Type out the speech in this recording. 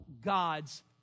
God's